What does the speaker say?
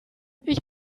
ich